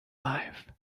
life